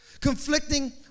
Conflicting